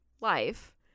life